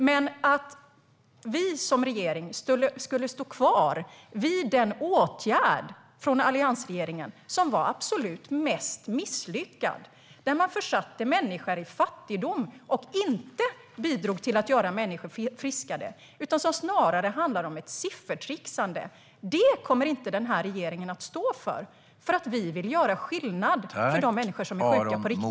Men vi som regering kommer inte att stå kvar vid den åtgärd från alliansregeringen som var den absolut mest misslyckade, där man försatte människor i fattigdom och inte bidrog till att göra människor friskare utan som snarare handlade om ett siffertrixande. Den här regeringen vill göra skillnad på riktigt för de människor som är sjuka.